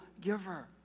giver